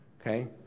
Okay